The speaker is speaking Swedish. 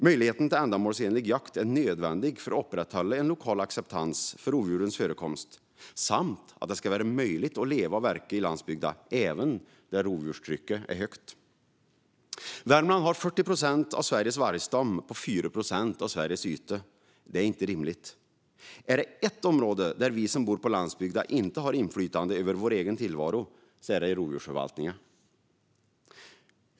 Möjligheten till ändamålsenlig jakt är nödvändig för att upprätthålla lokal acceptans för rovdjurens förekomst samt för att det ska vara möjligt att leva och verka på landsbygden, även där rovdjurstrycket är högt. Värmland har 40 procent av Sveriges vargstam på 4 procent av Sveriges yta. Det är inte rimligt. Om det är ett område där vi som bor på landsbygden inte har inflytande över vår egen tillvaro så är det rovdjursförvaltningen.